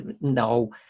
No